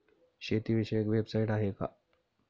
शेतीविषयक वेबसाइट आहे का?